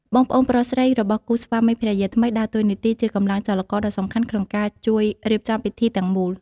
បងប្អូនប្រុសស្រី របស់គូស្វាមីភរិយាថ្មី ដើរតួនាទីជាកម្លាំងចលករដ៏សំខាន់ក្នុងការ ជួយរៀបចំពិធីទាំងមូល ។